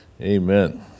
Amen